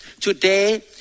Today